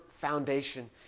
foundation